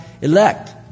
elect